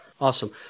Awesome